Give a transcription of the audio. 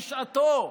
בשעתו,